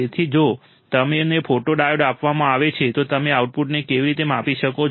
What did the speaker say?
તેથી જો તમને ફોટોડાયોડ આપવામાં આવે છે તો તમે આઉટપુટને કેવી રીતે માપી શકો છો